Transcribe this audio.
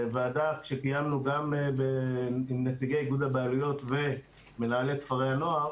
בוועדה שקיימנו גם עם נציגי איגוד הבעלויות ומנהלי כפרי הנוער,